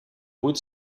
buit